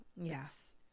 Yes